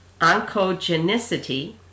oncogenicity